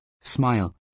smile